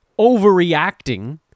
overreacting